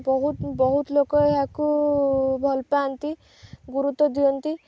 ବହୁତ ବହୁତ ଲୋକ ଏହାକୁ ଭଲ ପାଆନ୍ତି ଗୁରୁତ୍ୱ ଦିଅନ୍ତି